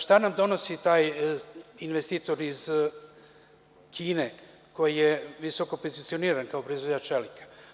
Šta nam donosi taj investitor iz Kine, koji je visoko pozicioniran kao proizvođač čelika?